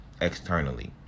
externally